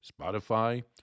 Spotify